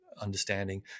understanding